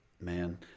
man